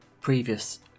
Previous